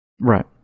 Right